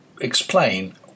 explain